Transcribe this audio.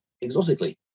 exotically